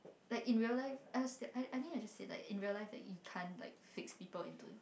like in real life us I I mean I just feel like in real life that you can't like fix people into